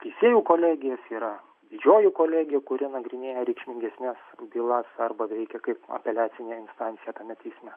teisėjų kolegijas yra didžioji kolegija kuri nagrinėja reikšmingesnes bylas arba veikia kaip apeliacinė instancija tame teisme